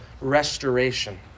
restoration